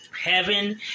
Heaven